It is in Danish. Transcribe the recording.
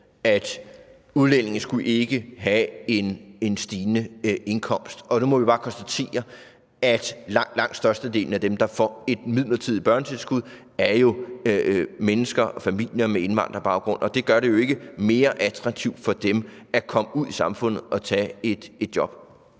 at udlændinge ikke skulle have en stigende indkomst. Og nu må vi bare konstatere, at langt, langt størstedelen af dem, der får et midlertidigt børnetilskud, jo er mennesker og familier med indvandrerbaggrund. Og det midlertidige børnetilskud gør det jo ikke mere attraktivt for dem at komme ud i samfundet og tage et job.